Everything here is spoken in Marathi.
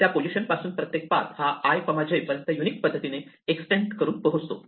त्या पोझिशन पासून प्रत्येक पाथ हा i j पर्यंत युनिक पद्धतीने एक्सटेंड करून पोहोचतो